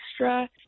extra